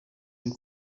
cool